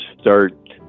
start